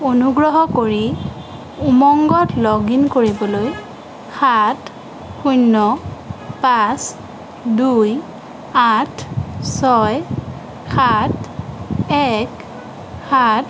অনুগ্ৰহ কৰি উমংগত লগ ইন কৰিবলৈ সাত শূন্য পাঁচ দুই আঠ ছয় সাত এক সাত